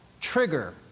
trigger